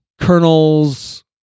colonels